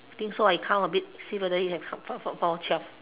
I think so you count a bit see whether you have found found found found twelve